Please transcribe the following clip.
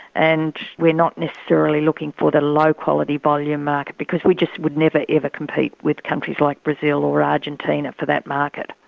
and we're not necessarily looking for the low quality volume market, because we just would never ever compete with countries like brazil or argentina for that market,